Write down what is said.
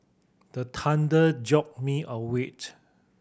the thunder jolt me a wait